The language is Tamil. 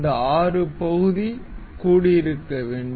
இந்த ஆறு பகுதி கூடியிருக்க வேண்டும்